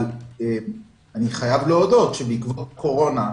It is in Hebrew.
אני חייב להודות שבעקבות הקורונה,